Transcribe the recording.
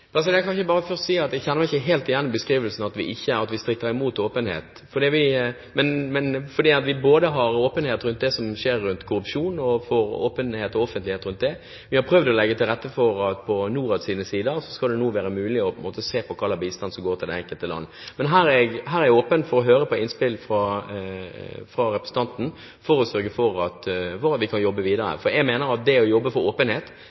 først si at jeg kjenner meg ikke helt igjen i beskrivelsen om at vi stritter imot åpenhet. For vi har både åpenhet rundt det som skjer rundt korrupsjon – vi er for åpenhet og offentlighet rundt det – og vi har prøvd å legge til rette for at det på Norads sider nå skal være mulig å se hva slags bistand som går til det enkelte land. Men her er jeg åpen for å høre på innspill fra representanten når det gjelder hva vi kan jobbe videre med, for jeg mener at det å jobbe for åpenhet